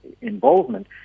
involvement